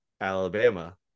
Alabama